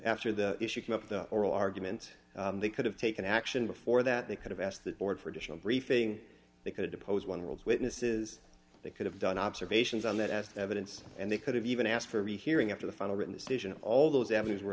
after the issue came up the oral argument they could have taken action before that they could have asked the board for additional briefing they could depose one worlds witnesses they could have done observations on that as evidence and they could have even asked for a rehearing after the final written decision all those avenues were